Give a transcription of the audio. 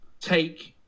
take